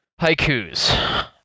haikus